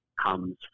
comes